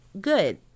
Good